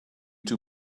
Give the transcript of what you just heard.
too